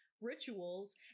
rituals